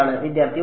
വിദ്യാർത്ഥി 1